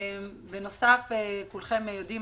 בנוסף כולכם יודעים,